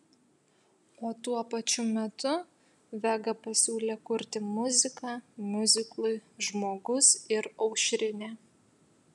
o tuo pačiu metu vega pasiūlė kurti muziką miuziklui žmogus ir aušrinė